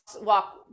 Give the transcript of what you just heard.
walk